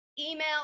email